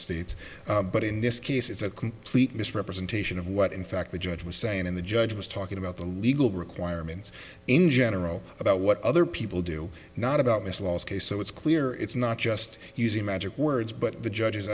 states but in this case it's a complete misrepresentation of what in fact the judge was saying and the judge was talking about the legal requirements in general about what other people do not about his last case so it's clear it's not just using magic words but the judge